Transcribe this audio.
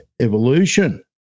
evolution